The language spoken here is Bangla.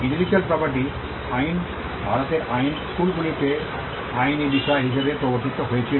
ইন্টেলেকচুয়াল প্রপার্টি আইন ভারতের আইন স্কুলগুলিতে আইনী বিষয় হিসাবে প্রবর্তিত হয়েছিল